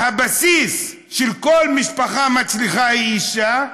והבסיס של כל משפחה מצליחה הוא אישה,